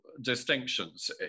distinctions